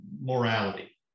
morality